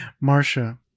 Marcia